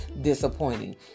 disappointing